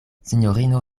sinjorino